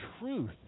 truth